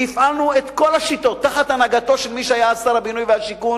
והפעלנו את כל השיטות תחת הנהגתו של מי שהיה אז שר הבינוי והשיכון,